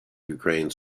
ukraine